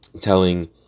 telling